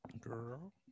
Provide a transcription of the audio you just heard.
girl